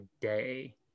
day